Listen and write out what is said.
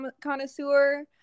connoisseur